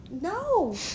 No